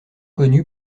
connu